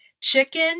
Chicken